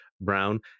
Brown